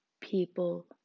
people